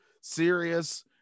serious